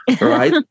right